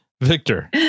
victor